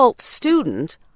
student